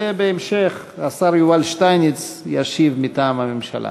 ובהמשך השר יובל שטייניץ ישיב מטעם הממשלה.